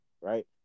right